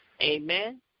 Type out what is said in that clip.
amen